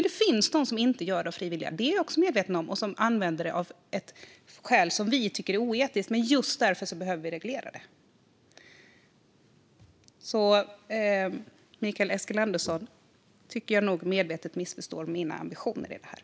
Det finns de som inte gör det av fri vilja - det är jag också medveten om - och som använder sig av detta av ett skäl som vi tycker är oetiskt. Just därför behöver vi reglera det. Jag tycker nog att Mikael Eskilandersson medvetet missförstår mina ambitioner i detta.